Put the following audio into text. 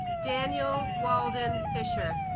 daniel walden fisher